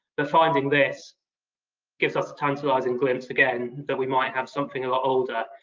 but finding this gives us a tantalizing glimpse again that we might have something a lot older.